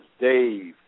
Dave